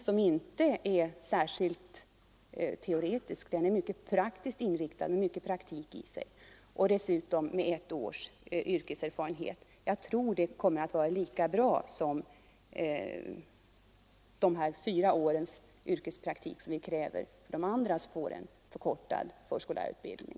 Den senare är dock inte särskilt teoretisk, den har mycket praktik i sig och dessutom ett års yrkeserfarenhet. Jag tror det kommer att vara lika bra som de fyra årens yrkespraktik som vi kräver för dem som genomgår en förkortad förskollärarutbildning.